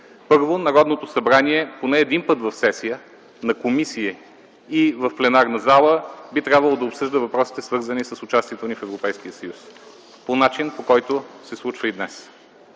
Първо, Народното събрание поне един път в сесия, на комисия и в пленарната зала би трябвало да обсъжда въпросите, свързани с участието ни в Европейския съюз – по начина, по който се случва и днес.